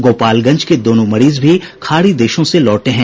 गोपालगंज के दोनों मरीज भी खाड़ी देशों से लौटे हैं